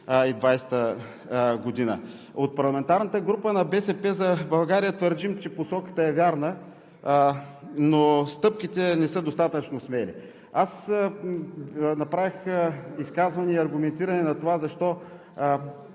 2020 г. От парламентарната група на „БСП за България“ твърдим, че посоката е вярна, но стъпките не са достатъчно смели. Аз направих изказване и аргументиране на това защо